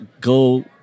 go